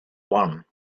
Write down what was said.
one